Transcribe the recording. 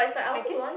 I guess